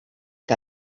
que